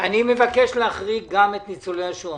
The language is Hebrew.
אני מבקש להחריג גם את ניצולי השואה.